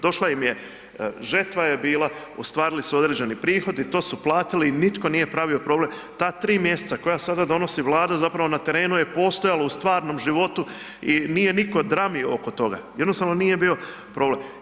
Došla im je žetva je bila, ostvarili su određeni prihod i to su platili i nitko nije pravio problem, ta 3 mjeseca koja sada donosi Vlada zapravo na terenu je postojalo u stvarnom životu i nije nitko dramio oko toga, jednostavno nije bio problem.